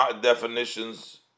definitions